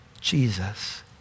Jesus